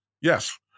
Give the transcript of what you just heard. yes